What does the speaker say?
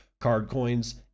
Cardcoins